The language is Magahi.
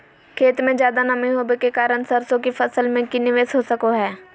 खेत में ज्यादा नमी होबे के कारण सरसों की फसल में की निवेस हो सको हय?